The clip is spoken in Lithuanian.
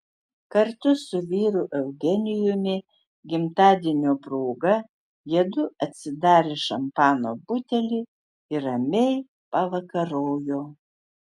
kartu su vyru eugenijumi gimtadienio proga jiedu atsidarė šampano butelį ir ramiai pavakarojo